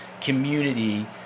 community